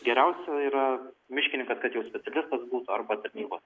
geriausio yra miškininkas kad jau specialistas būtų arba tarnybos